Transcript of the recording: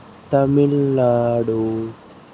Tamil Nadu